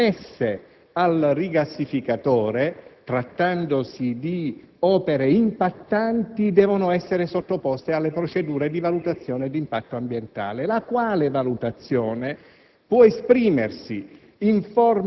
le opere complementari e connesse al rigassificatore, trattandosi di opere impattanti, devono essere sottoposte alla procedura di valutazione d'impatto ambientale, la quale valutazione